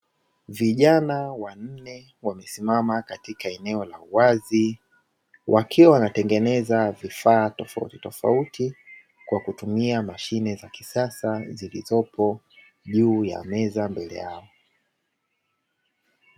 Vijana wanne wamesimama katika eneo la wazi, wakiwa wanatengeneza vifaa tofautitofauti kwa kutumia mashine za kisasa zilizopo juu ya meza mbele yao.